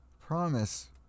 Promise